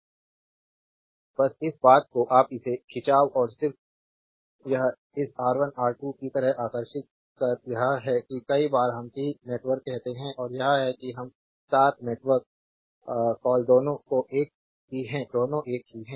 बस इस बात को आप इसे खिंचाव और सिर्फ यह इस R1 R2 की तरह आकर्षित कर यह है कि कई बार हम टी नेटवर्क कहते हैं और यह है कि हम स्टार नेटवर्क कॉल दोनों एक ही है दोनों एक ही हैं